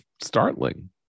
startling